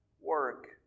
work